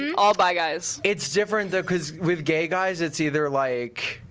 all bi guys. it's different though cause with gay guys, it's either like